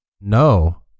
No